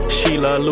Sheila